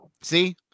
See